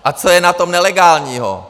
A co je na tom nelegálního?